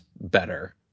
better